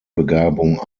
begabung